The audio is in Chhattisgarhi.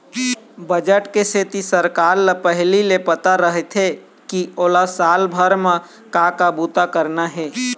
बजट के सेती सरकार ल पहिली ले पता रहिथे के ओला साल भर म का का बूता करना हे